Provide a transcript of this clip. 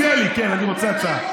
תציע לי, כן, אני רוצה הצעה.